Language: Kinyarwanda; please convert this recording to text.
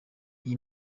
iyi